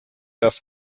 das